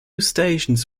stations